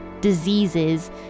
diseases